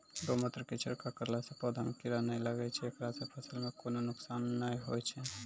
गोमुत्र के छिड़काव करला से पौधा मे कीड़ा नैय लागै छै ऐकरा से फसल मे कोनो नुकसान नैय होय छै?